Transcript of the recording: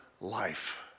life